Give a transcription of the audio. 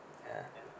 ya